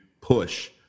push